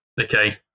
Okay